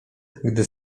gdy